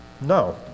No